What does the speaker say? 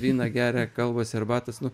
vyną geria kalbasi arbatos nu